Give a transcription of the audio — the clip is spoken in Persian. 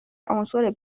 عنصر